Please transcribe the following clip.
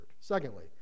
secondly